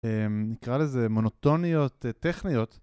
נקרא לזה מונוטוניות טכניות